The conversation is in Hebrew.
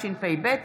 שהחזירה ועדת החוקה,